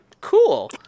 cool